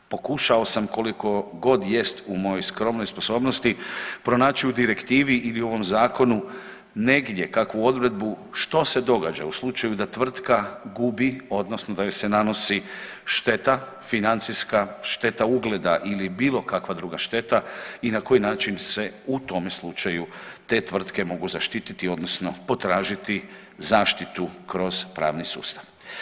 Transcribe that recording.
Pokušao sam koliko god jest u mojoj skromnoj sposobnosti pronaći u Direktivi ili u ovom Zakonu negdje kakvu odredbu što se događa u slučaju da tvrtka gubi odnosno da joj se nanosi šteta financijska, šteta ugleda ili bilo kakva druga šteta i na koji način se u tom slučaju te tvrtke mogu zaštititi odnosno potražiti zaštitu kroz pravni sustav.